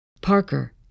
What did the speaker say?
Parker